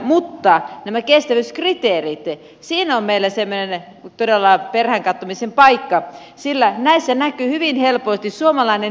mutta näissä kestävyyskriteereissä meillä on semmoinen todella peräänkatsomisen paikka sillä näissä näkyy hyvin helposti suomalainen vihreä kädenjälki